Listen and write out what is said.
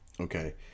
Okay